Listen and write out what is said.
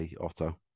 Otto